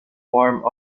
form